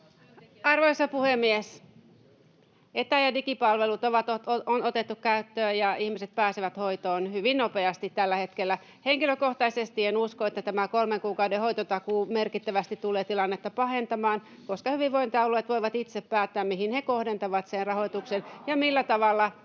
Arvoisa puhemies! Etä- ja digipalvelut on otettu käyttöön, ja ihmiset pääsevät hoitoon hyvin nopeasti tällä hetkellä. Henkilökohtaisesti en usko, että tämä kolmen kuukauden hoitotakuu merkittävästi tulee tilannetta pahentamaan, koska hyvinvointialueet voivat itse päättää, mihin ne kohdentavat sen rahoituksen, [Vasemmalta: